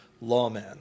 lawman